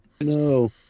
No